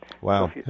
Wow